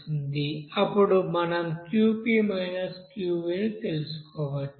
అప్పుడు మనం Qp Qv ను తెలుసుకోవచ్చు